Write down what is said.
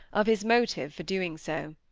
of his motive for doing so